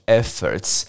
efforts